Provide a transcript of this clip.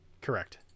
correct